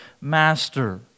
Master